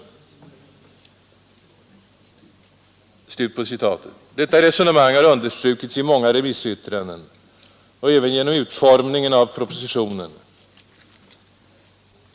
Detta resonemang har understrukits i många remissyttranden och även genom utformningen av propositionen.